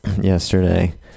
yesterday